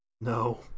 No